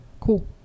Cool